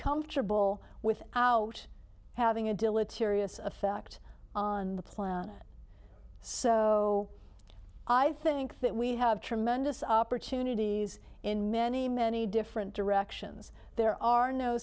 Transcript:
comfortable without having a dilatory asus act on the planet so i think that we have tremendous opportunities in many many different directions there are no